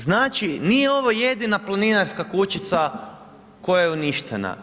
Znači, nije ovo jedina planinarska kućica koja je uništena.